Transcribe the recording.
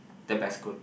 the best school